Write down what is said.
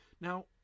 Now